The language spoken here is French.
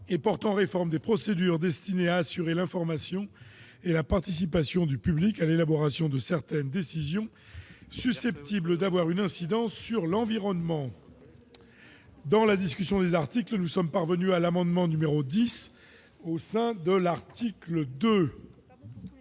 portant réforme des procédures destinées à assurer l'information et la participation du public à l'élaboration de certaines décisions susceptibles d'avoir une incidence sur l'environnement. Dans la discussion du texte de la commission, nous poursuivons l'examen de l'article 2.